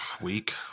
week